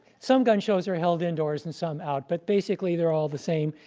some gun shows are held indoors and some out. but, basically, they're all the same.